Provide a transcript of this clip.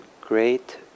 great